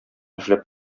эшләп